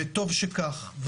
וטוב שכך.